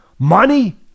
Money